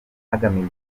hagamijwe